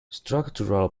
structural